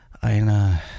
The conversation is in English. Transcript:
eine